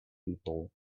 people